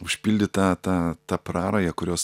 užpildyt tą tą tą prarają kurios